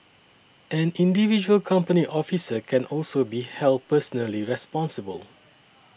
an individual company officer can also be held personally responsible